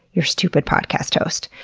your stupid podcast host.